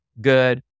good